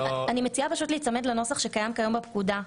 אני מציעה להיצמד לנוסח שקיים כיום בפקודה.